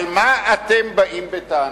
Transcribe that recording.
על מה אתם באים בטענות?